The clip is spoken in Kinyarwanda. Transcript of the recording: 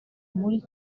muri